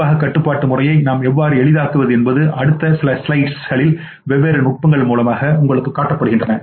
நிர்வாகக் கட்டுப்பாட்டு முறையை நாம் எவ்வாறு எளிதாக்குவது என்பதை அடுத்த சில ஸ்லைடுகளில் வெவ்வேறு நுட்பங்கள் மூலம் தெரிவிக்கின்றன